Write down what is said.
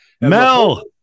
Mel